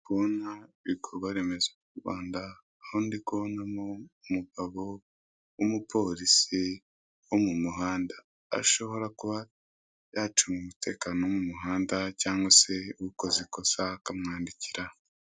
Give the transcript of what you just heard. Ndikubona ibikorwa remezo mu Rwanda aho ndikubonamo umugabo w'umupolisi wo mu muhanda, ashobora kuba yacunga umutekano wo mu muhanda cyangwa se ukoze ikosa akamwandikira.